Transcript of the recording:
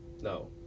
no